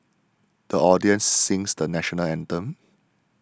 the audience sings the National Anthem